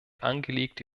angelegte